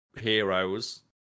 Heroes